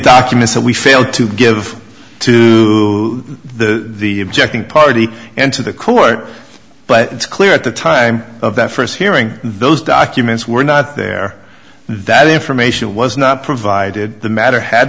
documents that we failed to give to the objecting party and to the court but it's clear at the time of that st hearing those documents were not there that information was not provided the matter had